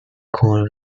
corner